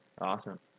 Awesome